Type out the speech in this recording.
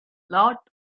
lot